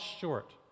short